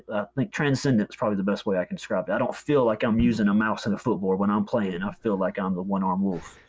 think transcendent's probably the best way i can describe it. i don't feel like i'm using a mouse and footboard when i'm playing and i feel like i'm the one-arm wolf.